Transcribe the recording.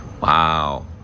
wow